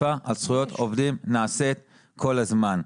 האכיפה על זכויות עובדים נעשית כל הזמן.